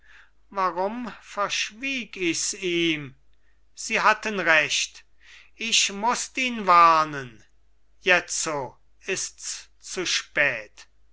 warum verschwieg ichs ihm sie hatten recht ich mußt ihn warnen jetzo ists zu spät